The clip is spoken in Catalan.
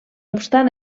obstant